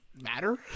matter